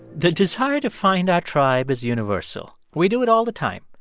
the desire to find our tribe is universal. we do it all the time.